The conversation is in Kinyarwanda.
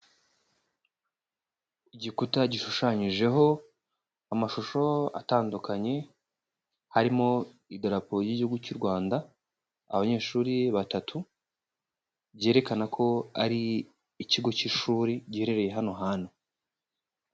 Igikuta gishushanyijeho amashusho atandukanye, harimo idarapo ry'igihugu cy'u Rwanda, abanyeshuri batatu, byerekana ko ari ikigo k'ishuri giherereye hano hantu.